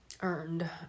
earned